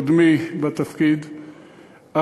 קודמי בתפקיד,